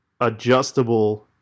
adjustable